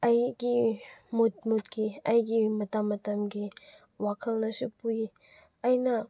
ꯑꯩꯒꯤ ꯃꯨꯠ ꯃꯨꯠꯀꯤ ꯑꯩꯒꯤ ꯃꯇꯝ ꯃꯇꯝꯒꯤ ꯋꯥꯈꯜꯅꯁꯨ ꯄꯨꯏ ꯑꯩꯅ